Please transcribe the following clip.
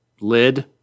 lid